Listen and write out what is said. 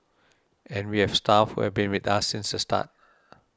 and we've staff who've been with us since the start